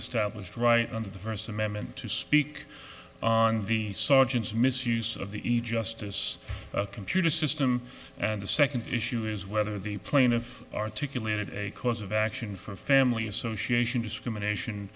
established right under the first amendment to speak on the sergeant's misuse of the ija justice computer system and the second issue is whether the plaintiff articulated a cause of action for a family association discrimination